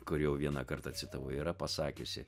kur jau vieną kartą citavau yra pasakiusi